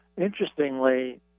Interestingly